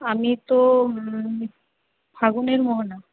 আমি তো ফাগুনের মোহনা